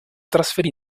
trasferì